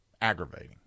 aggravating